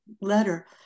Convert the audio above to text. letter